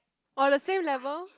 or the same level